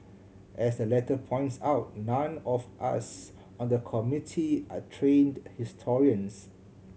as the letter points out none of us on the Committee are trained historians